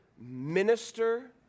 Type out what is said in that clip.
minister